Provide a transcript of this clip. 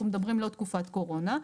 אנחנו מדברים לא תקופת קורונה.